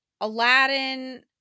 Aladdin